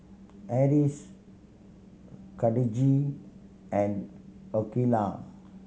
Harris Khadija and Aqeelah